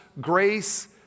grace